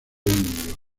indio